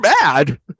mad